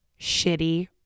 shitty